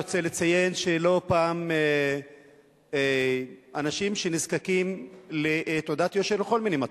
אני רוצה לציין שלא פעם אנשים נזקקים לתעודת יושר לכל מיני מטרות.